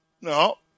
no